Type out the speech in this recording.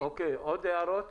האם יש עוד הערות?